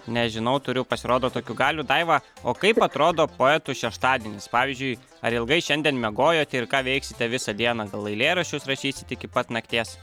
nežinau turiu pasirodo tokių galių daiva o kaip atrodo poetų šeštadienis pavyzdžiui ar ilgai šiandien miegojote ir ką veiksite visą dieną gal eilėraščius rašysit iki pat nakties